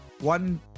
one